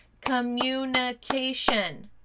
Communication